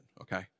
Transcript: okay